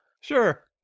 Sure